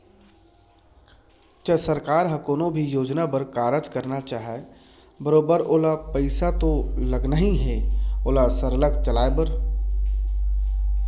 च सरकार ह कोनो भी योजना बर कारज करना चाहय बरोबर ओला पइसा तो लगना ही हे ओला सरलग चलाय बर